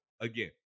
again